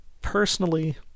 Personally